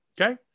Okay